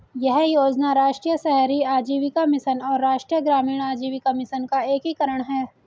यह योजना राष्ट्रीय शहरी आजीविका मिशन और राष्ट्रीय ग्रामीण आजीविका मिशन का एकीकरण है